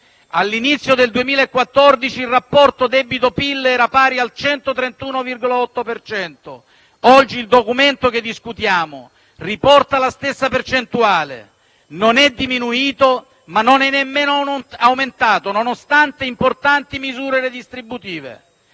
All'inizio del 2014 il rapporto debito-PIL era pari al 131,8 per cento; oggi il documento che discutiamo riporta la stessa percentuale: non è diminuito, ma non è nemmeno aumentato, nonostante importanti misure redistributive.